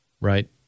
Right